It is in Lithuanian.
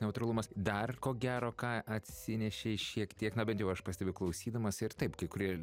neutralumas dar ko gero ką atsinešei šiek tiek na bent jau aš pastebiu klausydamas ir taip kai kurie